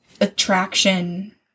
attraction